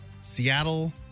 Seattle